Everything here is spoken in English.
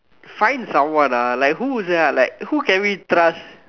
find someone ah like who sia like who can we trust